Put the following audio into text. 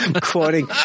quoting